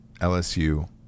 LSU